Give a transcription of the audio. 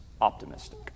optimistic